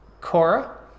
Cora